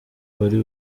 wari